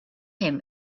him